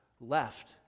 left